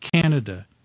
Canada